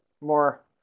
more